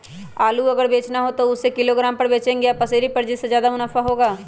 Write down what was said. आलू अगर बेचना हो तो हम उससे किलोग्राम पर बचेंगे या पसेरी पर जिससे ज्यादा मुनाफा होगा?